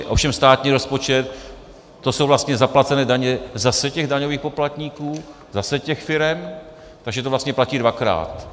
Ovšem státní rozpočet, to jsou vlastně zaplacené daně zase těch daňových poplatníků, zase těch firem, takže to vlastně platí dvakrát.